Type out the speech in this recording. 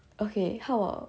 okay how bout